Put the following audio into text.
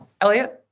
Elliot